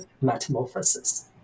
metamorphosis